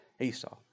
Esau